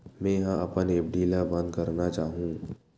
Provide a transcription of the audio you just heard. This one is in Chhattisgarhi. मेंहा अपन एफ.डी ला बंद करना चाहहु